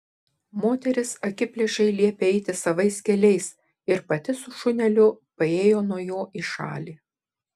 moteris akiplėšai liepė eiti savais keliais ir pati su šuneliu paėjo nuo jo į šalį